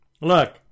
look